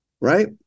Right